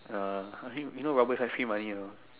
uh you know robbers are free money you know